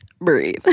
Breathe